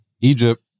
Egypt